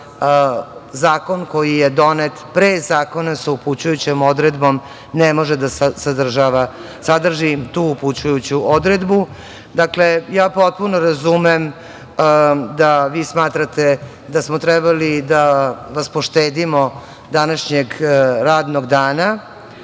zakon koji je donet pre zakona sa upućujućom odredbom ne može da sadrži tu upućujuću odredbu. Dakle, potpuno razumem da vi smatrate da smo trebali da vas poštedimo današnjeg radnog dana